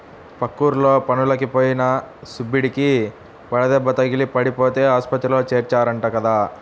పక్కూర్లో పనులకి పోయిన సుబ్బడికి వడదెబ్బ తగిలి పడిపోతే ఆస్పత్రిలో చేర్చారంట కదా